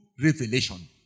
revelation